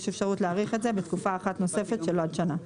יש אפשרות להאריך את זה בתקופה אחת נוספת של עוד שנה.